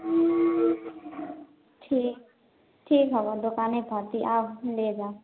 ठीक ठीक हवऽ दोकाने पऽ हती आबऽ ले जावऽ